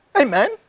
amen